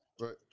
Right